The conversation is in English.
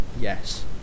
Yes